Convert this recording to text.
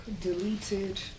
deleted